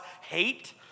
hate